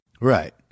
Right